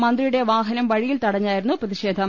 മന്ത്രിയുടെ വാഹനം വഴിയിൽ തടഞ്ഞായിരുന്നു പ്രതിഷേധം